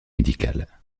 médical